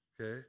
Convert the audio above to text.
okay